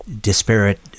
disparate